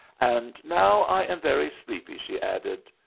and now i am very sleepy, she added.